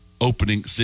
opening